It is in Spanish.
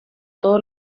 todos